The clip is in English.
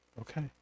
Okay